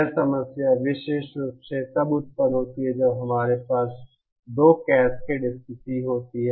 यह समस्या विशेष रूप से तब उत्पन्न होती है जब हमारे पास 2 कैस्केड स्थिति होती है